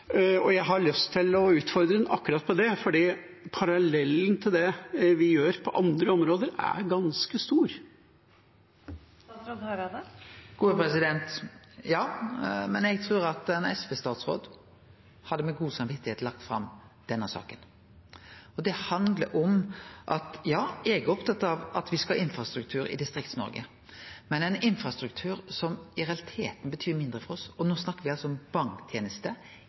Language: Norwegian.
har lyst til å utfordre ham på akkurat det fordi parallellen til det vi gjør på andre områder, er ganske stor. Ja, men eg trur at ein SV-statsråd hadde lagt fram denne saka med godt samvit. Det handlar om at eg er opptatt av at me skal ha infrastruktur i Distrikts-Noreg, men ein infrastruktur som i realiteten betyr mindre for oss – og no snakkar me altså om